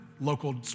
local